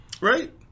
Right